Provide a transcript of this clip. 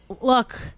look